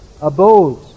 abode